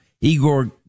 Igor